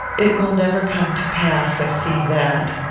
it will never come to pass, i see that.